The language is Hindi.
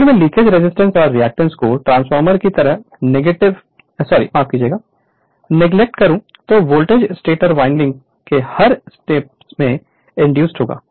अगर मैं लीकेज रजिस्टेंस और रिएक्टेंस को ट्रांसफार्मर की तरह नेगलेक्ट करूं तब वोल्टेज स्टेटर वाइंडिंग के हर स्पेस में इंड्यूस्ड होगा